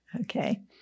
Okay